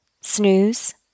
Snooze